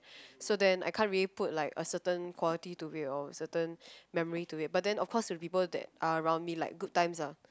so then I can't really put like a certain quality to it or a certain memory to it but then of cause the people that are around me are like good times ah